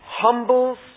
humbles